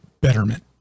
betterment